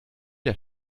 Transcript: der